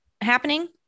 happening